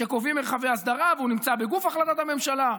שקובעים מרחבי הסדרה והוא נמצא בגוף החלטת הממשלה,